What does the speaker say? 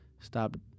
stop